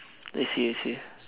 I see I see